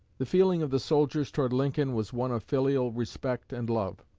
the feeling of the soldiers toward lincoln was one of filial respect and love.